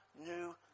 new